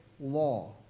law